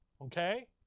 Okay